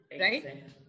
right